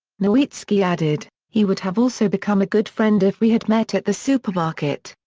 nowitzki added, he would have also become a good friend if we had met at the supermarket.